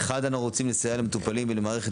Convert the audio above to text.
מחד אנו רוצים לסייע למטופלים ולמערכת